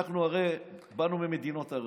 אנחנו הרי באנו ממדינות ערב,